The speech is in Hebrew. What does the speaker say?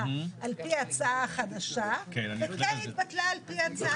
על-פי ההצעה החדשה וכן התבטלה על-פי ההצעה הטרומית.